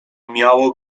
miało